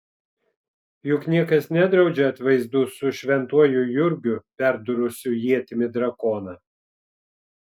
juk niekas nedraudžia atvaizdų su šventuoju jurgiu perdūrusiu ietimi drakoną